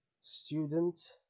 student